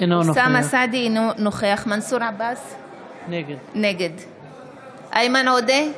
אינו נוכח מנסור עבאס, נגד איימן עודה,